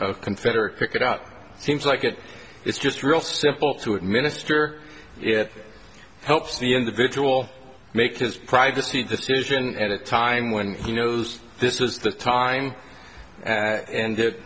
and confederate pick it out seems like it is just real simple to administer it helps the individual make his privacy decision at a time when he knows this is the time and it